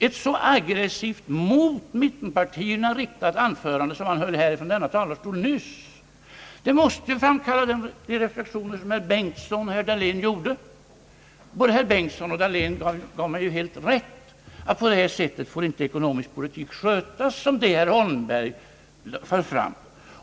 Ett så aggressivt mot mittenpartierna riktat anförande, som han nyss höll från denna talarstol, måste ju framkalla de reflexioner som herr Bengtson och herr Dahlén gjorde. Både herr Bengtson och herr Dahlén gav mig rätt i mitt påstående, att på det sätt får inte politik skötas som det herr Holmberg angav.